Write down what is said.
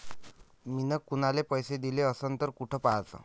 मिन कुनाले पैसे दिले असन तर कुठ पाहाचं?